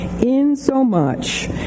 insomuch